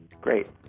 Great